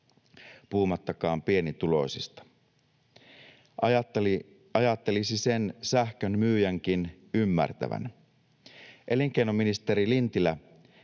puhumattakaan pienituloisista. Ajattelisi sen sähkönmyyjänkin ymmärtävän. Elinkeinoministeri Lintilä